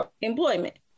employment